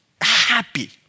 happy